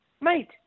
mate